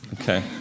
Okay